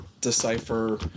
decipher